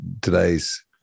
today's